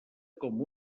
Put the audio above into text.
com